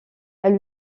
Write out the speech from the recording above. elle